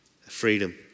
freedom